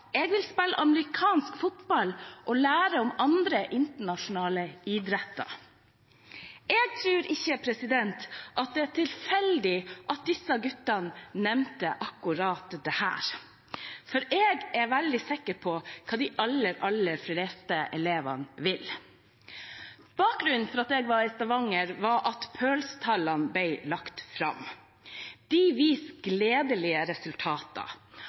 Jeg vil spille amerikansk fotball og lære om andre internasjonale idretter. Jeg tror ikke det er tilfeldig at disse guttene nevnte akkurat dette. For jeg er veldig sikker på hva de aller, aller fleste elevene vil. Bakgrunnen for at jeg var i Stavanger, var at PIRLS-tallene ble lagt fram. De viser gledelige resultater.